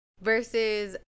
versus